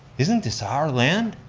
isn't this our land?